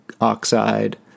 oxide